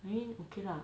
I mean okay lah